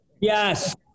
Yes